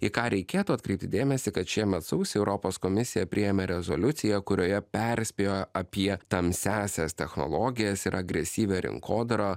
į ką reikėtų atkreipti dėmesį kad šiemet sausį europos komisija priėmė rezoliuciją kurioje perspėjo apie tamsiąsias technologijas ir agresyvią rinkodarą